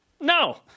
No